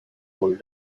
told